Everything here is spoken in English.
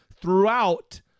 throughout